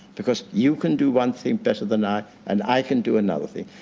because you can do one thing better than i and i can do another thing.